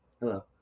Hello